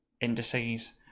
indices